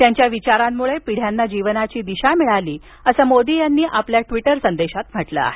त्याच्या विचारांमुळे पिढ्यांना जीवनाची दिशा मिळालीअसं मोदी यांनी आपल्या ट्वीटर संदेशात म्हटलं आहे